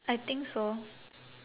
I think so